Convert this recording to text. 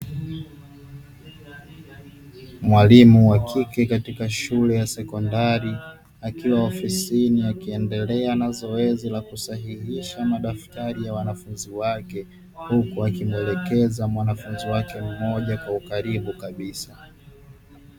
Mwalimu wa kike katika shule ya sekondari akiwa ofisini akiendelea na zoezi la kusahihisha madaftari ya wanafunzi wake, huku wakimwelekeza mwanafunzi wake mmoja kwa ukaribu kabisa.